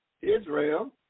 Israel